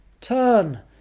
turn